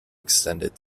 extended